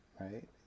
right